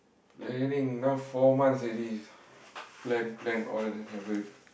planning now four months already plan plan all haven't